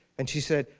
and she said,